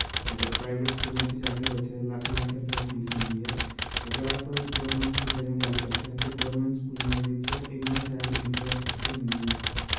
private स्कूलें च जाह्गे ते उत्थें लक्ख लक्ख रपेआ फीस होंदी ऐ आगर आप गौरमैंट स्कूलें दी गल्ल करचै ते गौरमैंट स्कूलें दै बिच्च इन्ना शैल इंफ्रास्टैक्चर नी ऐ